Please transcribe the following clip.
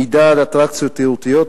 מידע על אטרקציות תיירותיות,